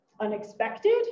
unexpected